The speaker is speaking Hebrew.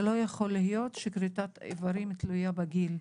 לא יכול להיות שכריתת איברים תהיה תלויה בגיל.